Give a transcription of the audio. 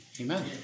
Amen